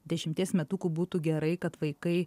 dešimties metukų būtų gerai kad vaikai